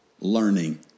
learning